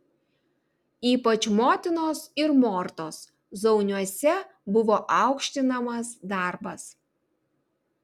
ypač motinos ir mortos zauniuose buvo aukštinamas darbas